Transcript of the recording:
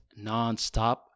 nonstop